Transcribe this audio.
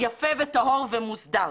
יפה וטהור ומוסדר.